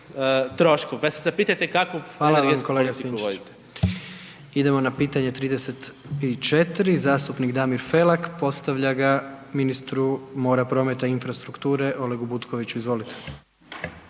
vam kolega Sinčić./… energetsku politiku vodite. **Jandroković, Gordan (HDZ)** Idemo na pitanje 34, zastupnik Damir Felak postavlja ga ministru mora, prometa i infrastrukture Olegu Butkoviću, izvolite.